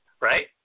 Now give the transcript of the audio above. Right